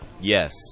Yes